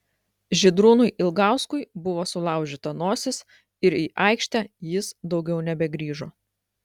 žydrūnui ilgauskui buvo sulaužyta nosis ir į aikštę jis daugiau nebegrįžo